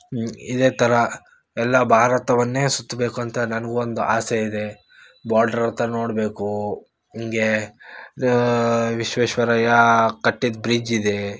ಇದೇ ಥರ ಎಲ್ಲ ಭಾರತವನ್ನೇ ಸುತ್ತಬೇಕು ಅಂತ ನನಗೂ ಒಂದು ಆಸೆ ಇದೆ ಬಾರ್ಡ್ರ್ ಹತ್ರ ನೋಡಬೇಕು ಹಿಂಗೇ ವಿಶ್ವೇಶ್ವರಯ್ಯ ಕಟ್ಟಿದ ಬ್ರಿಜ್ ಇದೆ